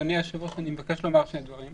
אדוני היושב-ראש, אני מבקש לומר שני דברים.